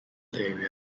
area